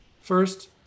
First